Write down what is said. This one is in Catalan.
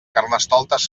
carnestoltes